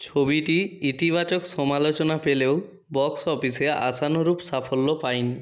ছবিটি ইতিবাচক সমালোচনা পেলেও বক্স অফিসে আশানুরূপ সাফল্য পায় নি